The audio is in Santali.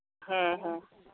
ᱦᱮᱸ ᱦᱮᱸ